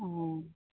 অঁ